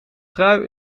trui